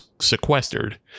sequestered